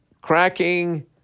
Cracking